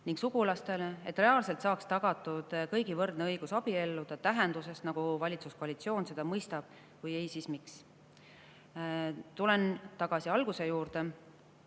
ning sugulastele, et reaalselt saaks tagatud kõigi võrdne õigus abielluda tähenduses, nagu valitsuskoalitsioon seda mõistab? Kui ei, siis miks? Tulen tagasi alguse juurde.